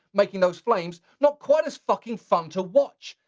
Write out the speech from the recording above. making those flames not quite as fucking fun to watch.